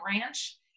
ranch